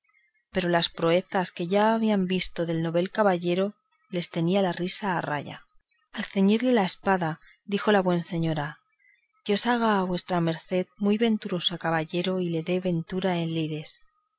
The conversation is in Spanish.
pero las proezas que ya habían visto del novel caballero les tenía la risa a raya al ceñirle la espada dijo la buena señora dios haga a vuestra merced muy venturoso caballero y le dé ventura en lides